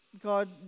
God